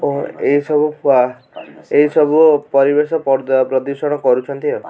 ଓ ଏହି ସବୁ ପା ଏହି ସବୁ ପରିବେଶ ପ୍ରଦୂଷଣ କରୁଛନ୍ତି ଆଉ